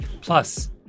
Plus